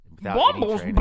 Bumble's